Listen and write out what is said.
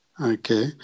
Okay